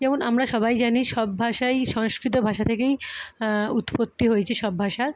যেমন আমরা সবাই জানি সব ভাষাই সংস্কৃত ভাষা থেকেই উৎপত্তি হয়েছে সব ভাষার